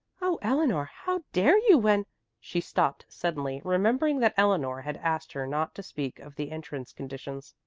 oh, eleanor, how dare you when she stopped suddenly, remembering that eleanor had asked her not to speak of the entrance conditions.